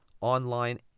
online